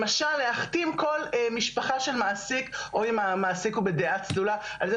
למשל להחתים כל משפחה של מעסיק או אם המעסיק הוא בדעה צלולה בכך